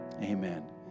amen